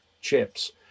chips